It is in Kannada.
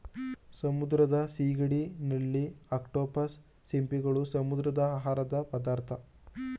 ಸಮುದ್ರದ ಸಿಗಡಿ, ನಳ್ಳಿ, ಅಕ್ಟೋಪಸ್, ಸಿಂಪಿಗಳು, ಸಮುದ್ರದ ಆಹಾರದ ಪದಾರ್ಥ